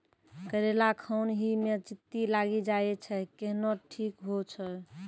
करेला खान ही मे चित्ती लागी जाए छै केहनो ठीक हो छ?